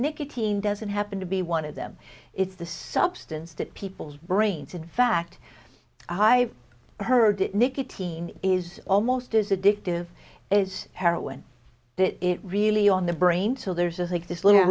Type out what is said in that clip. nicotine doesn't happen to be one of them it's the substance that people's brains in fact i've heard that nicotine is almost as addictive as heroin that it really on the brain so there's i think this little